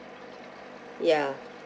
ya